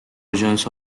versions